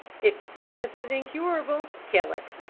if the sickness is incurable, kill it.